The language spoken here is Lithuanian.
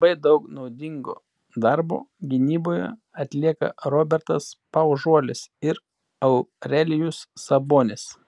labai daug naudingo darbo gynyboje atlieka robertas paužuolis ir aurelijus sabonis